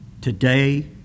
today